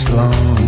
long